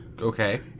Okay